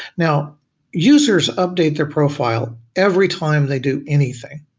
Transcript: now users update their profile every time they do anything,